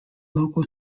local